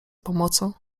pomocą